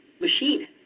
machine